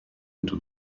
into